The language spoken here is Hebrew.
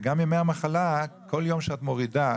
אנחנו מדברים